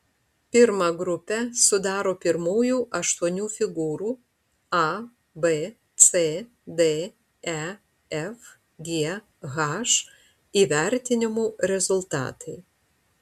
pirmą grupę sudaro pirmųjų aštuonių figūrų a b c d e f g h įvertinimų rezultatai